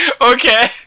Okay